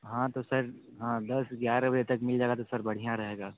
हाँ तो सर हाँ दस ग्यारह बजे तक मिल जाएगा तो सर बढ़िया रहेगा